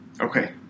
Okay